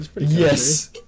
Yes